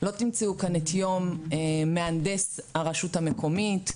לא תמצאו כאן את יום מהנדס הרשות המקומית,